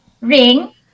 ring